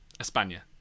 Espana